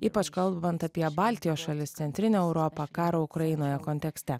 ypač kalbant apie baltijos šalis centrinę europą karo ukrainoje kontekste